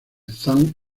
zhang